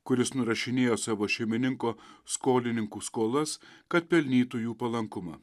kuris nurašinėjo savo šeimininko skolininkų skolas kad pelnytų jų palankumą